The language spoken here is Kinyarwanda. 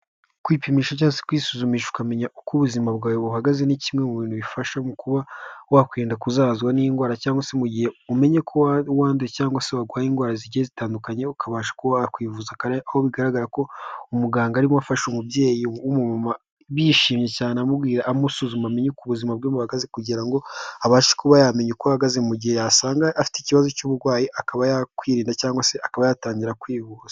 Kwipimisha cyangwase kwisuzumisha ukamenya uko ubuzima bwawe buhagaze ni kimwe mu bintu bifasha mu kuba wakwerinda kuzahazwa n'indwara cyangwa se gihe umenye ko wanduye cyangwa se warwaye indwara zigiye zitandukanye ukabasha kwivuza. Aho bigaragara ko umuganga arimo afasha umubyey ibishimye cyane amubwira amusuzuma buzima bwe buhagaze kugira ngo abashe kuba yamenya uko ahagaze, mu gihe yasanga afite ikibazo cy'uburwayi akaba yakwirinda cyangwa se akaba yatangira kwihuza.